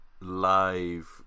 live